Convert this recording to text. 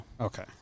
Okay